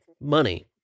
money